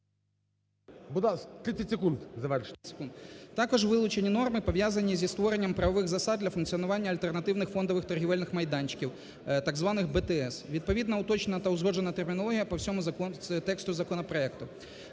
Також вилучені норми, пов'язані зі створенням правових засад для функціонування альтернативних фондових торгівельних майданчиків, так званих БТС. Відповідно уточнена та узгоджена термінологія по всьому тексту законопроекту.